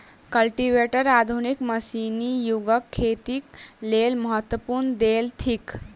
cultivator आधुनिक मशीनी युगक खेतीक लेल महत्वपूर्ण देन थिक